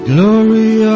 Glory